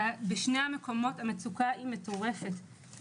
ובשני המקומות המצוקה היא מטורפת,